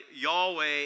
Yahweh